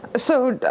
so,